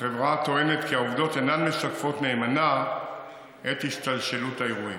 החברה טוענת כי הדברים אינם משקפים נאמנה את השתלשלות האירועים.